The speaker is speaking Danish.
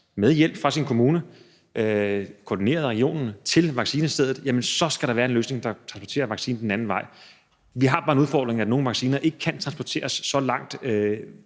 med hjælp fra sin kommune og koordineret af regionen til vaccinestedet, skal der være en løsning, så vaccinen bliver transporteret den anden vej. Vi har bare den udfordring, at der er nogle vacciner, som ikke kan transporteres så langt